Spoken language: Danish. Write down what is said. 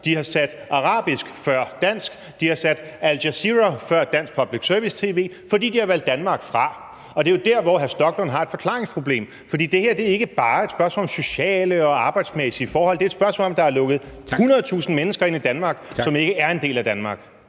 de har sat arabisk før dansk, de har sat Al-Jazeera før dansk public service-tv, fordi de har valgt Danmark fra. Det er jo der, hvor hr. Rasmus Stoklund har et forklaringsproblem, for det her er ikke bare et spørgsmål om sociale og arbejdsmæssige forhold. Det er et spørgsmål om, at der er lukket 100.000 mennesker ind i Danmark, som ikke er en del af Danmark.